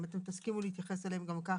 האם אתם תסכימו להתייחס אליהם גם ככה?